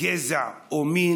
גזע ומין,